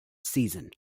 season